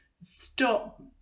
stop